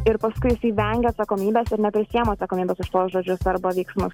ir paskui jisai vengia atsakomybės ir neprisiima atsakomybės už tuos žodžius arba veiksmus